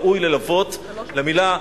ראוי ללוות את המלה,